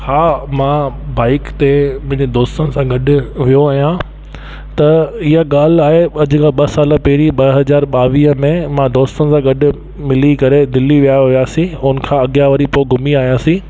हा मां बाईक ते मुंहिंजे दोस्तनि सां गॾु वियो आहियां त इहा ॻाल्हि आहे अॼु खां ॿ साल पहिरीं ॿ हज़ार ॿावीह में मां दोस्तनि सां गॾु मिली करे दिल्ली विया हुआसीं हुन खां अॻियां वरी पोइ घुमी आयासीं